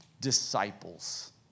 disciples